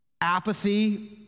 apathy